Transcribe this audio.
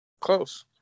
close